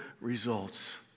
results